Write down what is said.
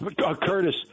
Curtis